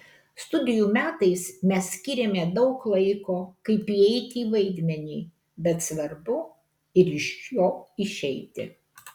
studijų metais mes skyrėme daug laiko kaip įeiti į vaidmenį bet svarbu ir iš jo išeiti